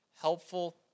helpful